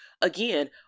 again